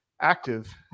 active